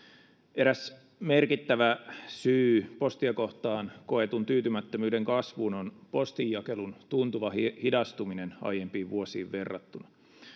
eräs merkittävä syy postia kohtaan koetun tyytymättömyyden kasvuun on postinjakelun tuntuva hidastuminen aiempiin vuosiin verrattuna